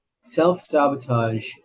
self-sabotage